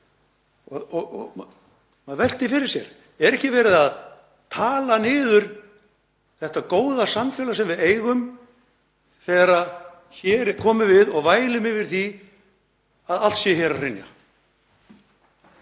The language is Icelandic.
Maður veltir fyrir sér: Er ekki verið að tala niður þetta góða samfélag sem við eigum þegar við komum hér og vælum yfir því að allt sé að hrynja?